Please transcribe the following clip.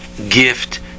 gift